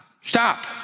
Stop